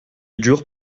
dur